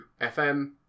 FM